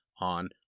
on